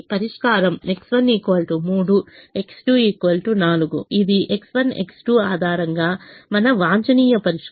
ఇది X1 X2 ఆధారంగా మన వాంఛనీయ పరిష్కారం